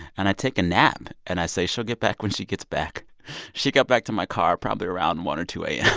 and i take a nap. and i say she'll get back when she gets back she got back to my car probably around and one or two a yeah